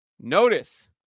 Notice